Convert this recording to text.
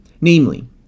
Namely